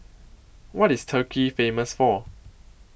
What IS Turkey Famous For